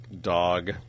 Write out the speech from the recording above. dog